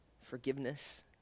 forgiveness